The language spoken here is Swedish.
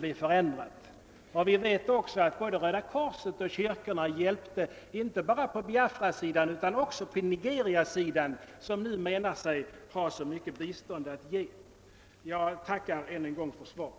Vi känner också till att både Röda korset och kyrkorna hjälpte inte bara på Biafrasidan utan också på Nigeriasidan, som nu menar sig ha så mycket bistånd att ge. Jag tackar än en gång för svaret.